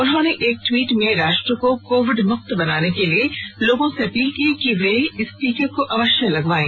उन्होंने एक ट्वीट में राष्ट्र को कोविड मुक्त बनाने के लिए लोगों से अपील की कि वे इस टीके को अवश्य लगवाएं